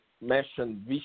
mentioned